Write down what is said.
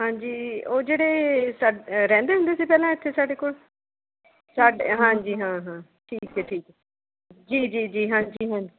ਹਾਂਜੀ ਉਹ ਜਿਹੜੇ ਸਾ ਰਹਿੰਦੇ ਹੁੰਦੇ ਸੀ ਪਹਿਲਾਂ ਇੱਥੇ ਸਾਡੇ ਕੋਲ ਸਾਡੇ ਹਾਂਜੀ ਹਾਂ ਹਾਂ ਠੀਕ ਹੈ ਠੀਕ ਹੈ ਜੀ ਜੀ ਜੀ ਹਾਂਜੀ ਹਾਂਜੀ